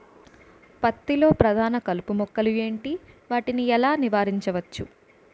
పత్తి లో ప్రధాన కలుపు మొక్కలు ఎంటి? వాటిని ఎలా నీవారించచ్చు?